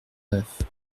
neuf